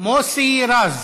מוסי רז,